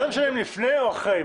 מה זה משנה אם לפני או אחרי?